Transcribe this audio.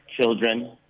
children